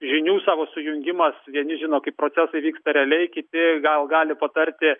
žinių savo sujungimas vieni žino kaip procesai vyksta realiai kiti gal gali patarti